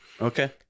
Okay